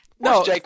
No